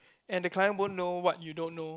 and the client won't know what you don't know